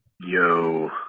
Yo